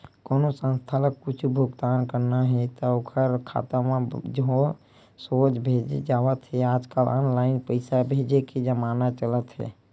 कोनो संस्था ल कुछ भुगतान करना हे त ओखर खाता म सोझ भेजे जावत हे आजकल ऑनलाईन पइसा भेजे के जमाना चलत हे